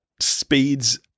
speeds